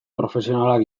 profesionalak